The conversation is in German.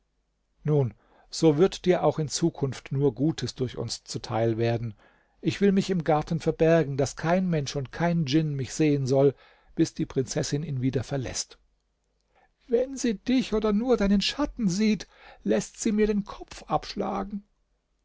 nun so wird dir auch in zukunft nur gutes durch uns zuteil werden ich will mich im garten verbergen daß kein mensch und kein djinn mich sehen soll bis die prinzessin ihn wieder verläßt wenn sie dich oder nur deinen schatten sieht läßt sie mir den kopf abschlagen